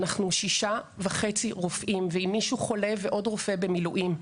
אנחנו שישה וחצי רופאים ואם מישהו חולה ועוד רופא במילואים,